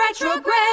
retrograde